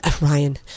Ryan